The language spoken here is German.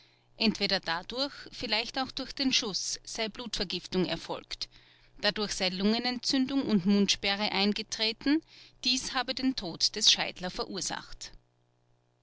entweder dadurch vielleicht auch durch den schuß sei blutvergiftung erfolgt dadurch sei lungenentzündung und mundsperre eingetreten dies habe den tod des scheidler verursacht